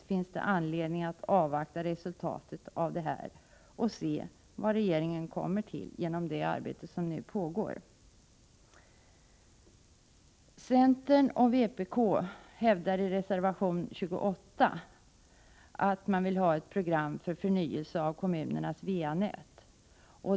Det finns anledning att avvakta resultatet av detta och se vad regeringen kommer fram till genom det arbete som nu pågår. Centern och vpk framhåller i reservation 28 att man vill ha ett program för förnyelse av kommunernas va-nät.